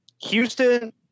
Houston